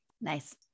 Nice